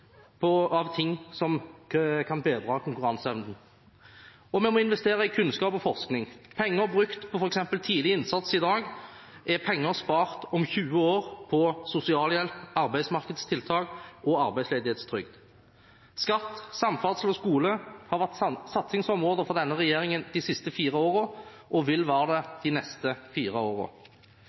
etterspør av ting som kan bedre konkurranseevnen. Og vi må investere i kunnskap og forskning. Penger brukt på f.eks. tidlig innsats i dag er penger spart om 20 år på sosialhjelp, arbeidsmarkedstiltak og arbeidsledighetstrygd. Skatt, samferdsel og skole har vært satsingsområder for denne regjeringen de siste fire årene, og vil være det de neste fire